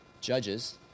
Judges